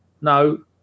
No